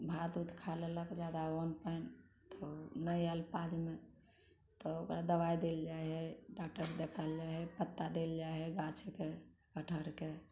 भात ओत खा लेलक जादा अन्न पानि तऽ नहि आएल पाजमे तऽ ओकरा दवाइ देल जाइ है डॉक्टर से देखाएल जाइत है पत्ता देल जाइत है गाछके कटहरके